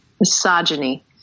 Misogyny